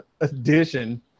edition